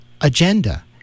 agenda